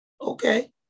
okay